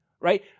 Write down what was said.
Right